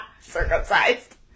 Circumcised